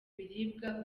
biribwa